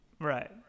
Right